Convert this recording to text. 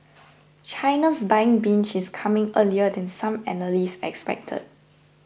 China's buying binge is coming earlier than some analysts expected